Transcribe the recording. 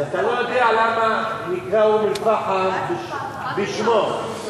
אז אתה לא יודע למה אום-אל-פחם נקרא בשמו.